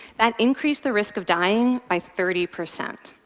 that increased the risk of dying by thirty percent.